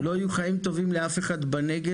לא יהיו חיים טובים לאף אחד בנגב